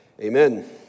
Amen